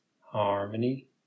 harmony